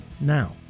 now